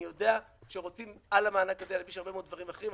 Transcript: אני יודע שרוצים להלביש על המענק הזה הרבה מאוד דברים אחרים.